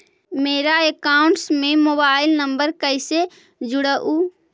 मेरा अकाउंटस में mobile number कैसे जुड़उ?